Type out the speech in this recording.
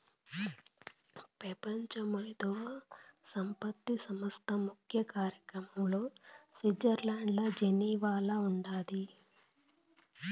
పెపంచ మేధో సంపత్తి సంస్థ ముఖ్య కార్యాలయం స్విట్జర్లండ్ల జెనీవాల ఉండాది